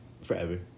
forever